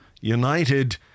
United